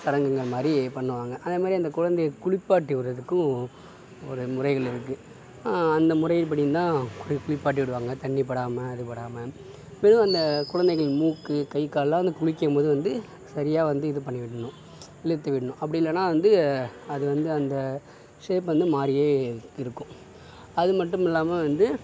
சடங்குகள் மாதிரி பண்ணுவாங்க அதே மாதிரி அந்த குழந்தையை குளிப்பாட்டி விட்றதுக்கும் ஒரு முறைகள் இருக்கு அந்த முறையின் படிதான் குளிப்பாட்டி விடுவாங்க தண்ணி படாமல் அது படாமல் மேலும் அந்த குழந்தைகள் மூக்கு கை கால்லாம் வந்து குளிக்கும்போது வந்து சரியாக வந்து இது பண்ணி விடணும் இழுத்து விடணும் அப்படி இல்லைன்னா அது வந்து அது வந்து அந்த ஷேப் வந்து மாறியே இருக்கும் அது மட்டும் இல்லாமல் வந்து